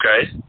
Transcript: Okay